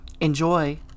Enjoy